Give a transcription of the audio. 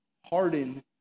harden